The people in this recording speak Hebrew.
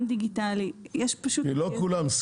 כי לא כולם יכולים.